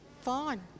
fine